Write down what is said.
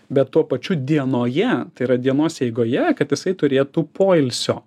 bet tuo pačiu dienoje tai yra dienos eigoje kad jisai turėtų poilsio